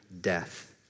death